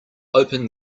open